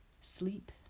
Sleep